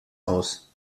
aus